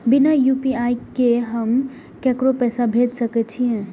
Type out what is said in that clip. बिना यू.पी.आई के हम ककरो पैसा भेज सके छिए?